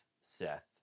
Seth